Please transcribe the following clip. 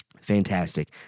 fantastic